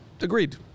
agreed